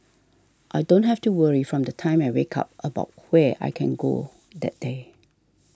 I don't have to worry from the time I wake up about where I can go that day